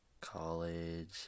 college